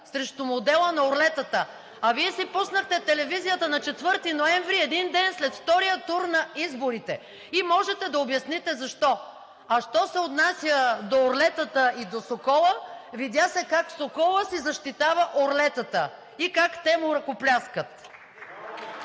срещу модела на орлетата. А Вие си пуснахте телевизията на 4 ноември – един ден след втория тур на изборите, и можете да обясните защо. А що се отнася до орлетата и до Сокола, видя се как Сокола си защитава орлетата и как те му ръкопляскат.